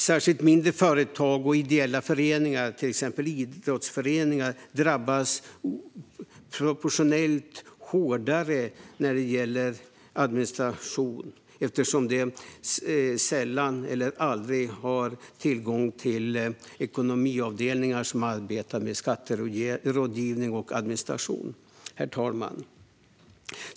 Särskilt mindre företag och ideella föreningar, till exempel idrottsföreningar, drabbas proportionellt hårdare när det gäller administration, eftersom de sällan eller aldrig har tillgång till ekonomiavdelningar som arbetar med skatterådgivning och administration. Herr talman!